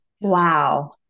Wow